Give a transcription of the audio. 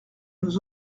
nous